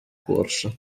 corsa